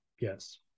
yes